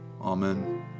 Amen